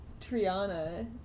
Triana